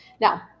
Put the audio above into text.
Now